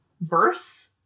verse